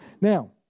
Now